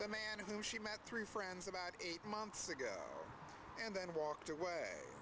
the man who she met through friends about eight months ago and then walked away